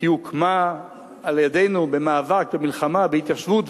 היא הוקמה על-ידינו במאבק ובמלחמה ובהתיישבות,